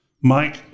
Mike